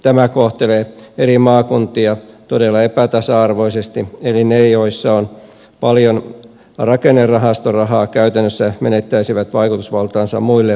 tämä kohtelee eri maakuntia todella epätasa arvoisesti eli ne joissa on paljon rakennerahastorahaa käytännössä menettäisivät vaikutusvaltaansa muille maakunnille